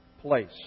place